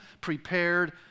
prepared